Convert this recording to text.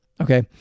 Okay